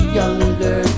younger